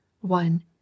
One